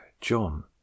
John